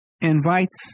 invites